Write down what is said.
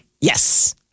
Yes